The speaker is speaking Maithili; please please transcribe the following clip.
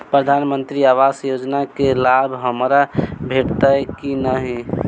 प्रधानमंत्री आवास योजना केँ लाभ हमरा भेटतय की नहि?